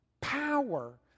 power